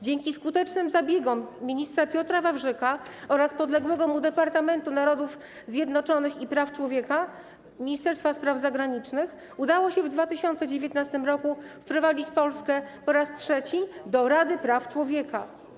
Dzięki skutecznym zabiegom ministra Piotra Wawrzyka oraz podległego mu Departamentu Narodów Zjednoczonych i Praw Człowieka Ministerstwa Spraw Zagranicznych udało się w 2019 r. po raz trzeci wprowadzić Polskę do Rady Praw Człowieka.